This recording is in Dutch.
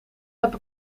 heb